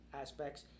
aspects